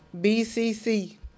B-C-C